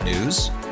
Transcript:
news